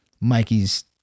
Mikey's